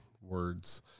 words